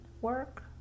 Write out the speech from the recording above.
work